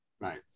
Right